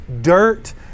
dirt